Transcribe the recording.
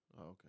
okay